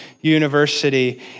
university